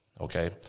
okay